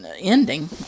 ending